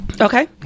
Okay